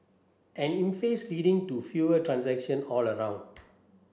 an impasse leading to fewer transaction all round